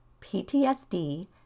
PTSD